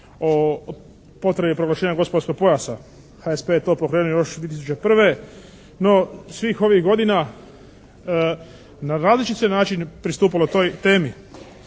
o potrebi proglašenja gospodarskog pojasa. HSP je to pokrenuo još 2001., no svih ovih godina na različite načine se pristupalo toj temi.